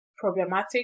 problematic